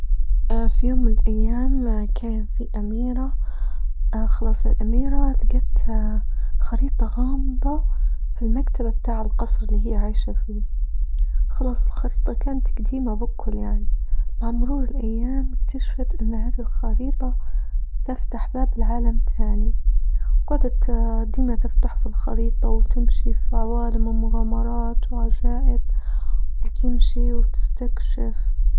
اه في يوم من الأيام كان في أميرة اه خلاص الاميرة لجت اه خريطة غامضة في المكتبة بتاع القصر اللي هي عايشة فيه خلاص الخريطة كانت قديمة باكل يعني مع مرور الأيام أكتشفت أن هذه الخريطة تفتح باب لعالم تاني وقعدت ديما تفتح في الخريطة وتمشي في عوالم ومغامرات وعجائب وتمشي وتستكشف.